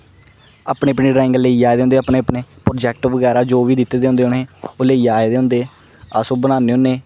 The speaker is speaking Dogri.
अपनी अपनी ड्रांइगां लेई आए दे होंदे अपने अपने प्रोजैक्ट बगैरा जो बी दित्ते दे होंदे उ'नेंगी ओह् लेई आए दे होंदे अस ओह् बनान्ने होन्ने